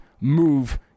move